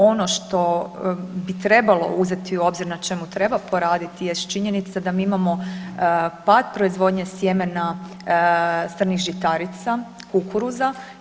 Ono što bi trebalo uzeti u obzir, na čemu treba poraditi jest činjenica da mi imamo pad proizvodnje sjemena strnih žitarica, kukuruza.